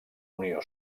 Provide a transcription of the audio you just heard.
unió